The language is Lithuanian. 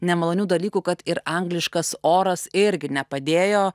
nemalonių dalykų kad ir angliškas oras irgi nepadėjo